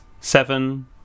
seven